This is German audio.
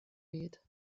weht